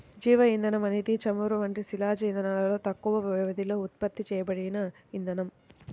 జీవ ఇంధనం అనేది చమురు వంటి శిలాజ ఇంధనాలలో తక్కువ వ్యవధిలో ఉత్పత్తి చేయబడిన ఇంధనం